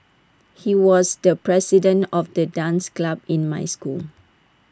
he was the president of the dance club in my school